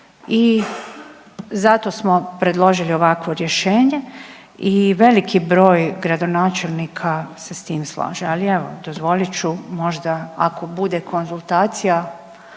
i zato smo predložili ovakvo rješenje i veliki broj gradonačelnika se s tim slaže. Ali evo dozvolit ću možda ako bude konzultacija